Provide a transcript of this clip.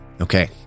Okay